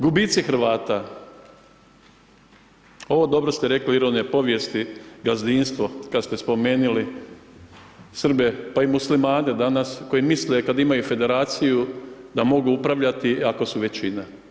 Gubici Hrvata, ovo dobro ste rekli, o ironiji povijesti, gazdinstvo kad ste spomenuli Srbe pa i Muslimane danas koji misle kad imaju federaciju, da mogu upravljati ako su većina.